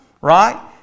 Right